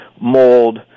mold